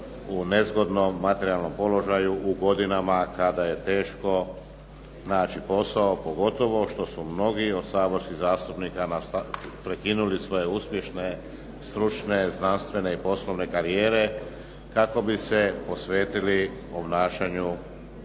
u nezgodnom materijalnom položaju u godinama kada je teško naći posao, pogotovo što su mnogi od saborskih zastupnika prekinuli svoje uspješne stručne znanstvene i poslovne karijere kako bi se posvetili obnašanju